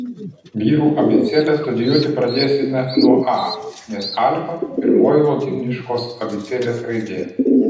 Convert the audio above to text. vyrų abėcėlę studijuoti pradėsime nuo a nes alfa pirmoji lotyniškos abėcėlės raidė